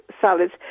salads